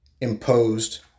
imposed